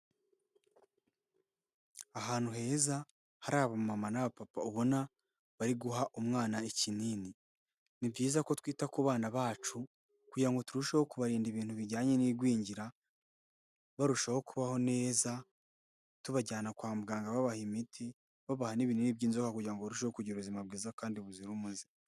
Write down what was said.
Ahantu heza, hari abamama n'abapapa ubona, bari guha umwana ikinini. Ni byiza ko twita ku bana bacu kugira ngo turusheho kubarinda ibintu bijyanye n'igwingira, barushaho kubaho neza, tubajyana kwa muganga babaha imiti, babaha n'ibinini by'inzoka kugira ngo barusheho kugira ubuzima bwiza kandi buzira umuze.